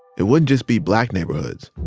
it wouldn't just be black neighborhoods.